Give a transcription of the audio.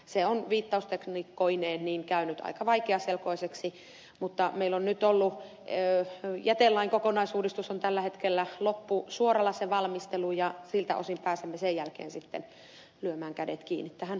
se on viittaustekniikkoineen käynyt aika vaikeaselkoiseksi mutta meillä on nyt ollut jätelain kokonaisuudistuksen valmistelu loppusuoralla ja siltä osin pääsemme sen jälkeen lyömään kädet kiinni tähän ympäristönsuojelulain kokonaisuudistukseen